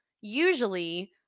usually